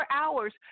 hours